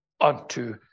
unto